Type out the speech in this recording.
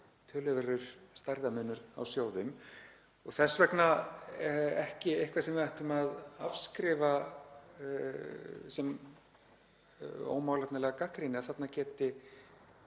töluverður stærðarmunur á sjóðum. Þess vegna er það ekki eitthvað sem við ættum að afskrifa sem ómálefnalega gagnrýni að þarna geti